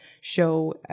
show